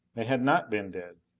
they had not been dead.